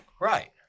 Right